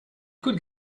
could